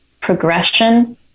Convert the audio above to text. progression